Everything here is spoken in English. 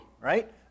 right